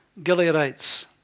Gileadites